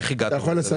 איך הגעתם לזה?